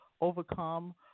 overcome